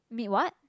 meet what